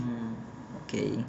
mm okay